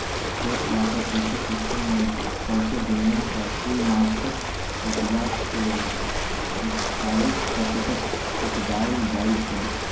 freshwater ecosystem मे सौसें दुनियाँक कुल माछक उपजा केर एकतालीस प्रतिशत उपजाएल जाइ छै